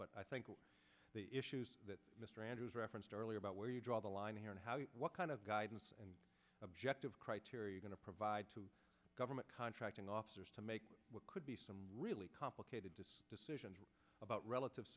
but i think the issues that mr andrews referenced earlier about where you draw the line here and what kind of guidance and objective criteria are going to provide to government contracting officers to make what could be some really complicated decisions about relative